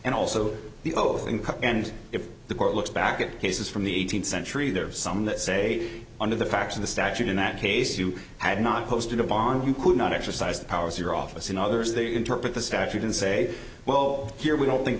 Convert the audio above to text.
and also the oath in ca and if the court looks back at cases from the eighteenth century there are some that say under the facts of the statute in that case you had not posted a bond you could not exercise the powers your office and others they interpret the statute and say well here we don't think